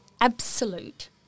absolute